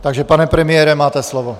Takže pane premiére, máte slovo.